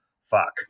fuck